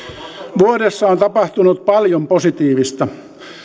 vuodessa on tapahtunut paljon positiivista